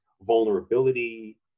vulnerability